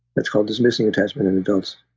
that's called dismissing attachment in adults.